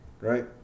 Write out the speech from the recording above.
Right